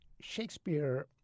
Shakespeare